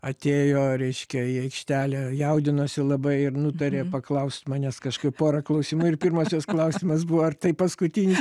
atėjo reiškia į aikštelę jaudinosi labai ir nutarė paklaust manęs kažkaip pora klausimų ir pirmas jos klausimas buvo ar tai paskutinis